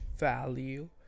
Value